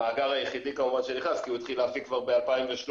המאגר היחידי כמובן שנכנס כי הוא התחיל להפיק כבר ב-2013,